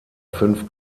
fünf